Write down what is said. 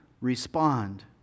respond